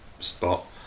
Spot